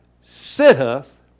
sitteth